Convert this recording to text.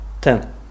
Ten